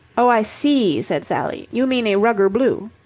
oh, i see, said sally. you mean a rugger blue.